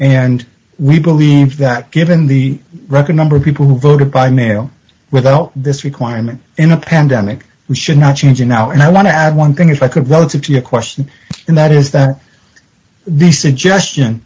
and we believe that given the record number of people who voted by mail without this requirement in a pandemic we should not change now and i want to add one thing if i could well if your question in that is that the suggest